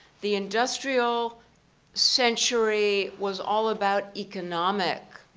the industrial century was all about economic